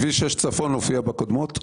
כביש 6 צפונה הופיע בקודמות?